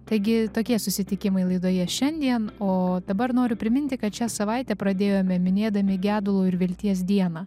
taigi tokie susitikimai laidoje šiandien o dabar noriu priminti kad šią savaitę pradėjome minėdami gedulo ir vilties dieną